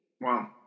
Wow